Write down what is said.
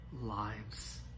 lives